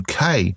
UK